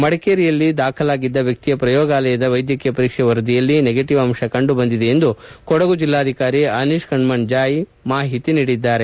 ಮಡಿಕೇರಿಯಲ್ಲಿ ದಾಖಲಾಗಿದ್ದ ವ್ಯಕ್ತಿಯ ಪ್ರಯೋಗಾಲಯದ ವೈದ್ಯಕೀಯ ಪರೀಕ್ಷೆ ವರದಿಯಲ್ಲಿ ನೆಗೆಟವ್ ಅಂಶ ಕಂಡು ಬಂದಿದೆ ಎಂದು ಕೊಡಗು ಜಿಲ್ಲಾಧಿಕಾರಿ ಅನೀಸ್ ಕಣ್ಮಣಿ ಜೋಯ್ ಮಾಹಿತಿ ನೀಡಿದ್ದಾರೆ